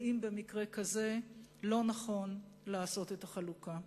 ואם במקרה כזה לא נכון לעשות את החלוקה.